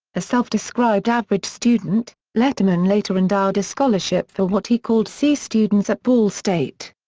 a self-described average student, letterman later endowed a scholarship for what he called c students at ball state.